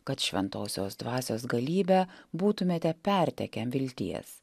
kad šventosios dvasios galybe būtumėte pertekę vilties